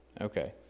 Okay